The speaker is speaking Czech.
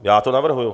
Já to navrhuju.